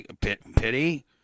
Pity